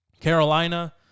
Carolina